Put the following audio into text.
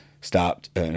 stopped